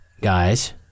guys